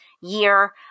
year